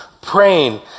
praying